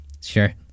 Sure